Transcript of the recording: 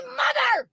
mother